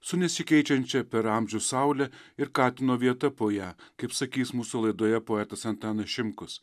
su nesikeičiančia per amžius saule ir katino vieta po ja kaip sakys mūsų laidoje poetas antanas šimkus